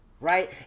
right